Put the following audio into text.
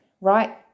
Right